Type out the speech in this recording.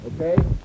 okay